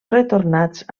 retornats